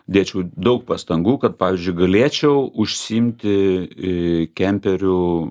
dėčiau daug pastangų kad pavyzdžiui galėčiau užsiimti kemperių